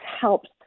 helps